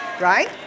Right